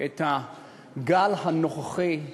את הגל הנוכחי,